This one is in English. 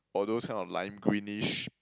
or those kind of lime greenish